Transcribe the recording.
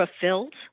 fulfilled